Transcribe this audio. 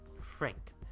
frank